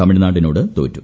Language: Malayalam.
തമിഴ്നാടിനോട് തോറ്റു